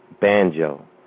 banjo